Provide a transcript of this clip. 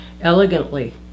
elegantly